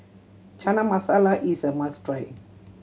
Chana Masala is a must try